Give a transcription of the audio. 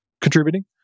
contributing